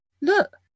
Look